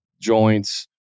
joints